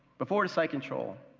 before the site control,